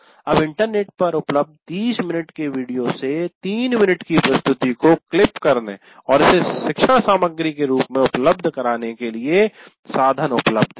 अब इंटरनेट पर उपलब्ध 30 मिनट के वीडियो से 3 मिनट की प्रस्तुति को क्लिप करने और इसे शिक्षण सामग्री के रूप में उपलब्ध कराने के लिए साधन उपलब्ध हैं